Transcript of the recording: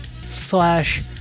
slash